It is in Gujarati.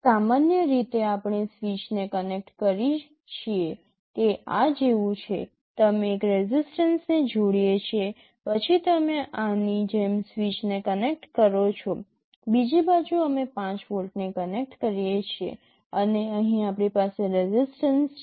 સામાન્ય રીતે આપણે સ્વીચને કનેક્ટ કરીએ છીએ તે આ જેવું છે અમે એક રેસિસ્ટન્સને જોડીએ છીએ પછી તમે આની જેમ સ્વીચને કનેક્ટ કરો છો બીજી બાજુ અમે 5 વોલ્ટને કનેક્ટ કરીએ છીએ અને અહીં આપણી પાસે રેસિસ્ટન્સ છે